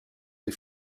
des